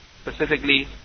specifically